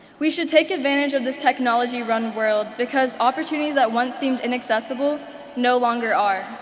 we should take advantage of this technology run world, because opportunities that once seemed inaccessible no longer are.